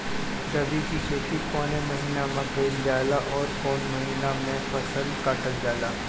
रबी की खेती कौने महिने में कइल जाला अउर कौन् महीना में फसलवा कटल जाला?